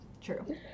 True